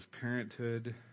parenthood